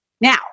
Now